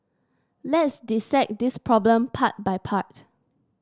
let's dissect this problem part by part